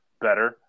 better